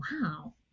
wow